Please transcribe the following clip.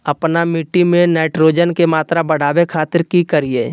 आपन मिट्टी में नाइट्रोजन के मात्रा बढ़ावे खातिर की करिय?